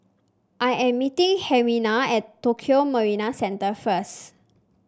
I am meeting Herminia at Tokio Marine Centre first